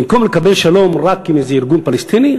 במקום לקבל שלום רק עם איזה ארגון פלסטיני,